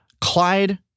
Clyde